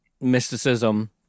mysticism